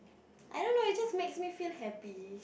I don't know it just makes me feel happy